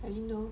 I didn't know